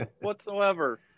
whatsoever